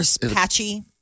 patchy